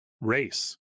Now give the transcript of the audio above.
race